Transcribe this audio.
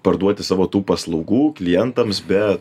parduoti savo tų paslaugų klientams be